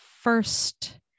first